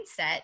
mindset